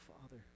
father